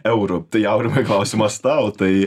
eurų tai aurimai klausimas tau tai